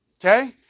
Okay